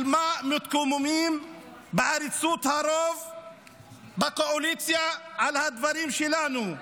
על מה מתקוממים בעריצות הרוב בקואליציה על הדברים שלנו?